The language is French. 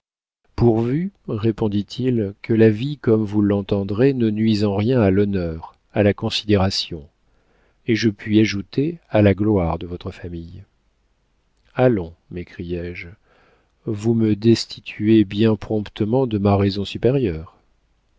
pourvu répondit-il que la vie comme vous l'entendrez ne nuise en rien à l'honneur à la considération et je puis ajouter à la gloire de votre famille allons m'écriai-je vous me destituez bien promptement de ma raison supérieure